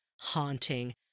haunting